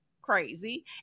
crazy